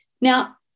Now